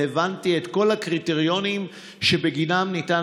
והבנתי את כל הקריטריונים שבגינם ניתן